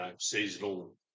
seasonal